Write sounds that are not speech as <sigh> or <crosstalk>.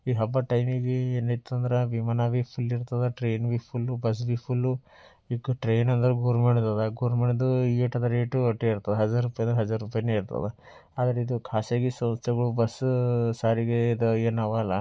ಈ ಹಬ್ಬದ ಟೈಮಿಗೆ ಭೀ ಏನು ಇತ್ತೆಂದ್ರೆ ವಿಮಾನ ಭೀ ಫುಲ್ ಇರ್ತದ ಟ್ರೈನ್ ಭೀ ಫುಲ್ ಬಸ್ ಭೀ ಫುಲ್ ಈಗ ಟ್ರೈನ್ ಅಂದರೆ <unintelligible> ಎಷ್ಟು ಅದ ರೇಟು ಅಷ್ಟೇ ಇರ್ತದ ಹಝರ್ ರೂಪಾಯಿ ಅಂದರೆ ಹಝರ್ ರೂಪಾಯಿ ಇರ್ತದ ಆದರೆ ಇದು ಖಾಸಗಿ ಸಂಸ್ಥೆಗಳು ಬಸ್ ಸಾರಿಗೆ ಇದು ಏನವಲ್ಲ